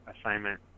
assignment